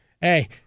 hey